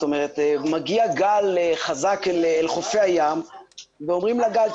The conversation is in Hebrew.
מגיע גל חזק אל חופי הים ואומרים לגל,